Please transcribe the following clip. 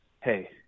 Hey